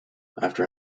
after